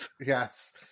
Yes